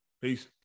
Peace